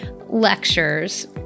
lectures